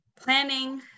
planning